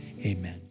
Amen